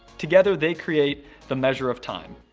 together they create the measure of time.